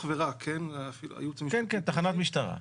כן, כן, תחנת משטרה.